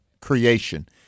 creation